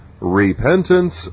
Repentance